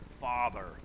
Father